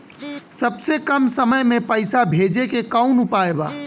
सबसे कम समय मे पैसा भेजे के कौन उपाय बा?